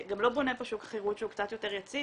גם לא בונה פה שוק שכירות שהוא קצת יותר יציב